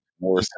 more